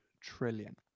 trillion